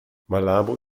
malabo